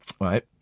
right